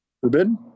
forbidden